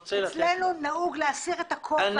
אצלנו נהוג להסיר את הכובע בפני ההורים השכולים.